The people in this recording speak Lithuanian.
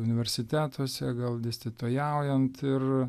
universitetuose gal dėstytojaujant ir